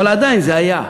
אבל עדיין זה היה,